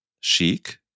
chic